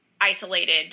isolated